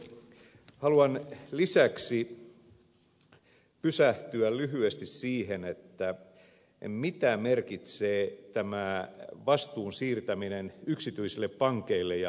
haluan lisäksi pysähtyä lyhyesti siihen mitä merkitsee tämä vastuun siirtäminen yksityisille pankeille ja rahalaitoksille